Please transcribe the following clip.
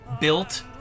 built